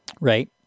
right